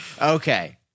okay